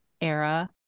era